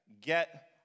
get